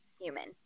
human